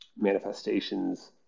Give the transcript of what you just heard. manifestations